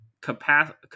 capacity